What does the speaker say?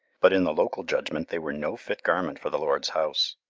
but in the local judgment they were no fit garment for the lord's house.